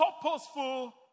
purposeful